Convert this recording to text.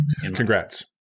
congrats